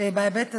בהיבט הזה,